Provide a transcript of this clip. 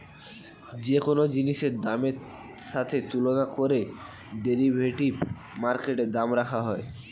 যে কোন জিনিসের দামের সাথে তুলনা করে ডেরিভেটিভ মার্কেটে দাম রাখা হয়